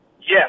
Yes